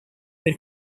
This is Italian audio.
per